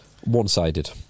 one-sided